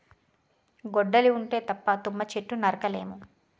గొడ్డలి ఉంటే తప్ప తుమ్మ చెట్టు నరక లేము